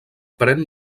pren